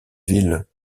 ville